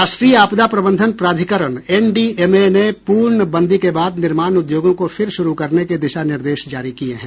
राष्ट्रीय आपदा प्रबंधन प्राधिकरण एनडीएमए ने पूर्ण बंदी के बाद निर्माण उद्योगों को फिर शुरू करने के दिशा निर्देश जारी किये हैं